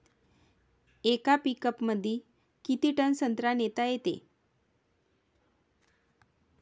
येका पिकअपमंदी किती टन संत्रा नेता येते?